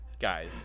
guys